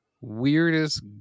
weirdest